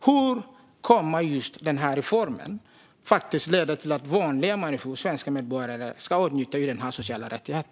Hur kommer den här reformen att leda till att vanliga människor, svenska medborgare, kan åtnjuta denna sociala rättighet?